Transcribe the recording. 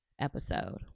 episode